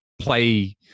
play